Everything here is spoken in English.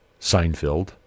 Seinfeld